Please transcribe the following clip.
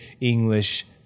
English